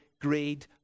greed